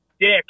dick